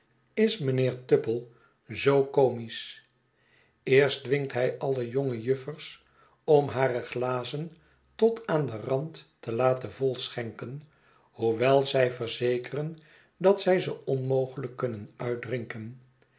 is mijnheer tupple zoo comisch eerst dwingt hij alle jonge juffers om hare glazen tot aan den rand te laten volschenken hoewel zij verzekeren dat zij ze onmogelijk kunnen uitdrinken